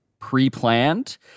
pre-planned